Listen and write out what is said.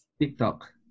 TikTok